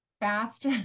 fast